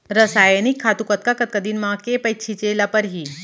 रसायनिक खातू कतका कतका दिन म, के पइत छिंचे ल परहि?